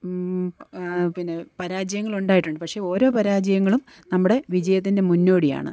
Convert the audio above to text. പിന്നെ പരാജയങ്ങളുണ്ടായിട്ടുണ് പക്ഷെ ഓരോ പരാജയങ്ങളും നമ്മുടെ വിജയത്തിൻ്റെ മുന്നോടിയാണ്